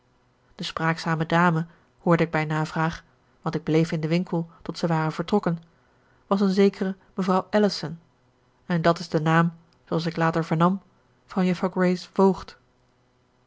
de spraakzame dame hoorde ik bij navraag want ik bleef in den winkel tot zij waren vertrokken was een zekere mevrouw ellison en dat is de naam zooals ik later vernam van